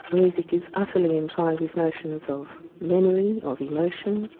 music is utterly entwined with notions of memory, of emotion,